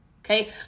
okay